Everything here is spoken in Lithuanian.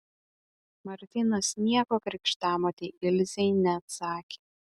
martynas nieko krikštamotei ilzei neatsakė